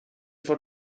for